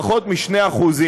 פחות מ-2%,